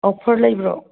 offer ꯂꯩꯕ꯭ꯔꯣ